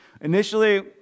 Initially